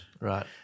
Right